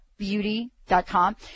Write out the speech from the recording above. beauty.com